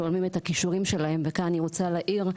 שומעים על הכישורים שלהם, וכאן אני רוצה להעיר,